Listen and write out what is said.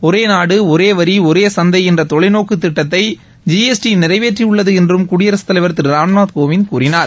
ஒரே நாடு ஒரே வரி ஒரே சந்தை என்ற தொலைநோக்குத் திட்டத்தை ஜி எஸ் டி நிறைவேற்றியுள்ளது என்றும் குடியரசுத் தலைவர் திரு ராம்நாத் கோவிந்த் கூறினார்